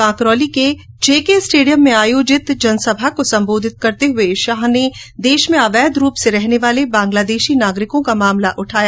कांकरोली के J K stadium में आयोजित पहली जनसभा को सम्बोधित करते हुए अमित शाह ने देश में अवैध रूप से रहने वाले बंग्लादेशी नागरिकों का मामला उठाया